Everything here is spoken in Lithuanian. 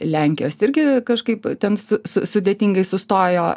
lenkijos irgi kažkaip ten su sudėtingai sustojo